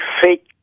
fake